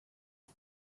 яаж